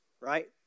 right